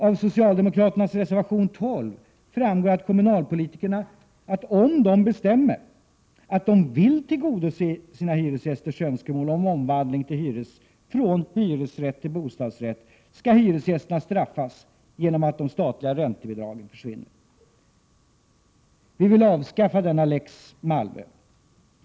Av socialdemokraternas reservation 12 framgår att om kommunalpolitikerna bestämmer att de vill tillgodose sina hyresgästers önskemål om omvandling från hyresrätt till bostadsrätt, skall hyresgästerna straffas genom att de statliga räntebidragen försvinner. Vi vill avskaffa denna lex Malmö.